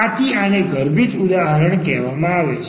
આથી આને ગર્ભિત ઉદાહરણ કહેવામાં આવે છે